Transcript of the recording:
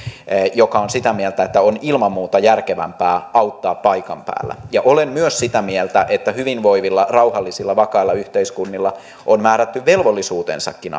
joka on sitä mieltä että on ilman muuta järkevämpää auttaa paikan päällä ja olen myös sitä mieltä että hyvinvoivilla rauhallisilla vakailla yhteiskunnilla on määrätty velvollisuutensakin